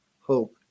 hope